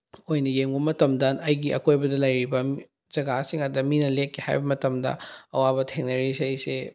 ꯑꯩꯈꯣꯏꯅ ꯌꯦꯡꯉꯨ ꯃꯇꯝꯗ ꯑꯩꯒꯤ ꯑꯀꯣꯏꯕꯗ ꯂꯩꯔꯤꯕ ꯖꯒꯥꯁꯤꯡꯗ ꯃꯤꯅ ꯂꯦꯛꯀꯦ ꯍꯥꯏꯕ ꯃꯇꯝꯗ ꯑꯋꯥꯕ ꯊꯦꯡꯅꯔꯤꯈꯩꯁꯦ